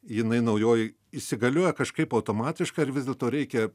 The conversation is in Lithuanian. jinai naujoji įsigalioja kažkaip automatiškai ar vis dėlto reikia